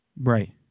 Right